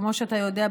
שכמו שאתה יודע,